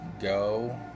go